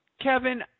Kevin